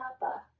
Papa